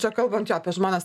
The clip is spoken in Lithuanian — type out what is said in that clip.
čia kalbant jo apie žmones